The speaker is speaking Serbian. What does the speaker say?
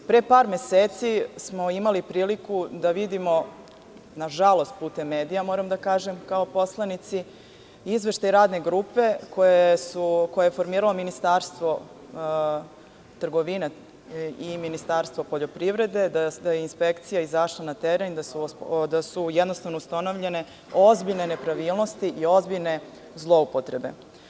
Pre par meseci smo imali priliku da vidimo, nažalost, putem medija, moram da kažem, kao poslanici izveštaj radne grupe koju je formiralo Ministarstvo trgovine i Ministarstvo poljoprivrede, da je inspekcija izašla na teren i da su ustanovljene ozbiljne nepravilnosti i ozbiljne zloupotrebe.